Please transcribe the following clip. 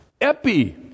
epi